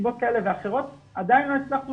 מסיבות כאלה ואחרות עדיין לא הצלחנו